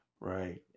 Right